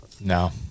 No